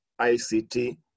ICT